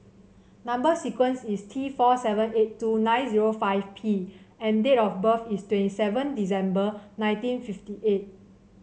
number sequence is T four seven eight two nine zero five P and date of birth is twenty seven December nineteen fifty eight